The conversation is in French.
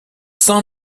cent